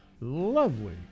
lovely